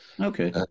Okay